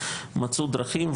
מצאו דרכים,